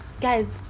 guys